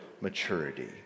maturity